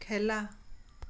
খেলা